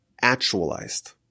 actualized